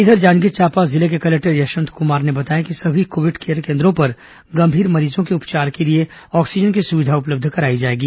इधर जांजगीर चांपा जिले के कलेक्टर यशवंत कुमार ने बताया कि सभी कोविड केयर केंद्रों पर गंभीर मरीजों के उपचार के लिए ऑक्सीजन की सुविधा उपलब्ध कराई जाएगी